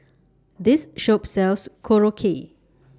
This Shop sells Korokke